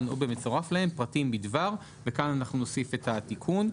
או במצורף להם פרטים בדבר וכאן אנחנו נוסיף את התיקון.